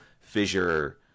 fissure